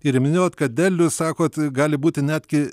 ir minėjot kad derlius sakot gali būti netgi